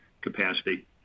capacity